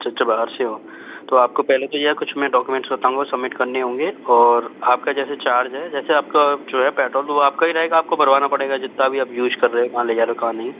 अच्छा अच्छा बाहर से हो तो आपको पहले तो यह कुछ मैं डाक्यूमेंट्स बताऊँगा वह सबमिट करने होंगे और आपका जैसे चार्ज है जैसे आपका जो है पेट्रोल वह आपका ही रहेगा आपको ही भरवाना पड़ेगा जितना भी आप यूज कर रहे हो जहाँ ले जा रहे हो कहाँ नहीं